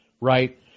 right